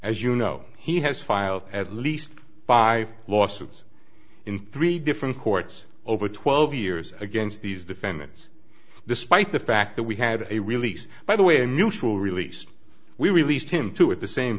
as you know he has filed at least five lawsuits in three different courts over twelve years against these defendants despite the fact that we had a release by the way unusual released we released him to at the same